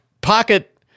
pocket